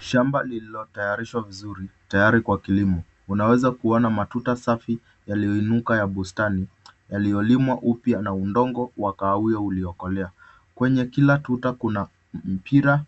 Shamba lililotayarishwa vizuri, tayari kwa kilimo. Unaweza kuona matuta safi yaliyoinuka ya bustani yaliyolimwa upya na udongo wa kahawia uliokolea. Kwenye kila tuta kuna mpira